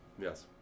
Yes